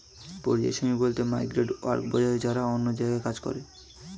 পরিযায়ী শ্রমিক বলতে মাইগ্রেন্ট ওয়ার্কার বোঝায় যারা অন্য জায়গায় কাজ করে